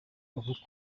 ubu